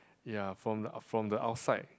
ya from the from the outside